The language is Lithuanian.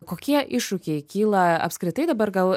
kokie iššūkiai kyla apskritai dabar gal